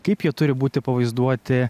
kaip jie turi būti pavaizduoti